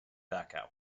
dachau